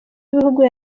b’ibihugu